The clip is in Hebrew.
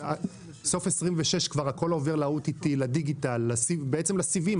בסוף 26' כבר הכול עובר ל-OTT, לדיגיטל לסיבים.